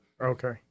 Okay